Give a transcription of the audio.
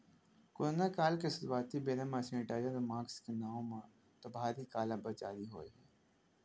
corona काल के शुरुआती बेरा म सेनीटाइजर अउ मास्क के नांव म तो भारी काला बजारी होय हे